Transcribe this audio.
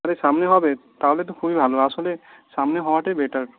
আরে সামনে হবে তাহলে তো খুবই ভালো আসলে সামনে হওয়াটাই বেটার